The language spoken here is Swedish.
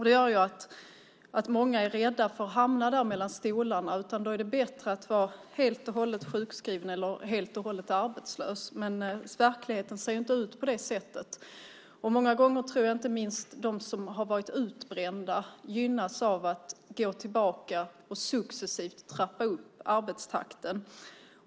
Det gör att många är rädda för att hamna mellan stolarna och därför tycker att det är bättre att vara helt och hållet sjukskriven eller helt och hållet arbetslös. Men verkligheten ser ju inte ut på det sättet. Jag tror att inte minst de som har varit utbrända gynnas av möjligheten att gå tillbaka och successivt trappa upp arbetstakten.